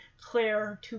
Claire